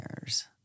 years